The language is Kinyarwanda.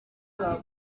bwa